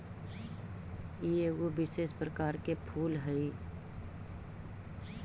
ई एगो विशेष प्रकार के फूल हई